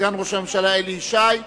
סגן ראש הממשלה אלי ישי,